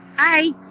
hi